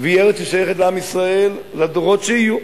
והיא ארץ ששייכת לעם ישראל לדורות שיהיו,